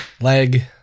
leg